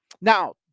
Now